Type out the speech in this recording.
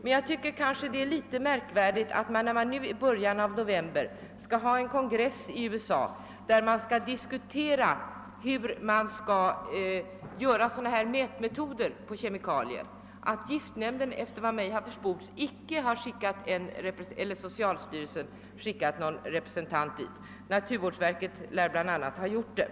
Det har nu hållits en kongress i USA, där man har diskuterat förbättrade analysmetoder vad avser sådana ämnens förekomst i kemikalier, och enligt vad som försports har varken giftnämnden eller socialstyrelsen skickat någon representant dit. Det tycker jag är litet underligt. Naturvårdsverket lär bl.a. ha gjort det.